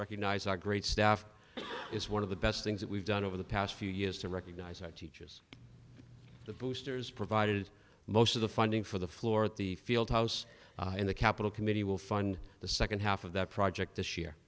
recognize our great staff is one of the best things that we've done over the past few years to recognize the teachers the boosters provided most of the funding for the floor at the fieldhouse in the capital committee will fund the second half of the project this year